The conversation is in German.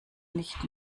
nicht